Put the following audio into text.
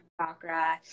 chakra